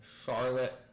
Charlotte